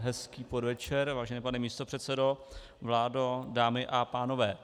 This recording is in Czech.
Hezký podvečer, vážený pane místopředsedo, vládo, dámy a pánové.